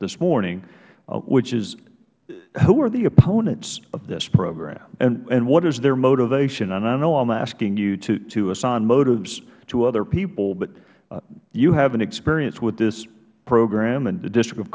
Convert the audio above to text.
this morning which is who are the opponents of this program and what is their motivation and i know i am asking you to assign motives to other people but you have an experience with this program in the district of